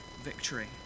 victory